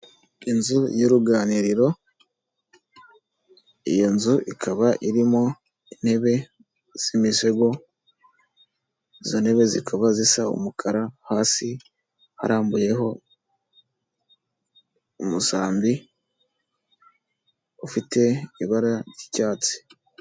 Inzu y'uruganiriro, iyo nzu ikaba irimo intebe z'imisego, izo ntebe zikaba zisa umukara, hasi harambuyeho umusambi ufite ibara ry'icyatsi.